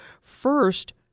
first